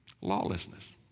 Lawlessness